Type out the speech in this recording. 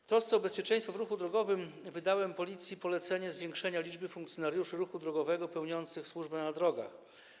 W trosce o bezpieczeństwo w ruchu drogowym wydałem Policji polecenie zwiększenia liczby funkcjonariuszy ruchu drogowego pełniących służbę na drogach.